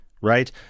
right